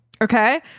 okay